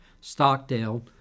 Stockdale